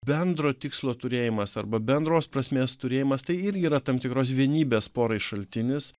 bendro tikslo turėjimas arba bendros prasmės turėjimas tai irgi yra tam tikros vienybės porai šaltinis